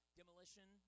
Demolition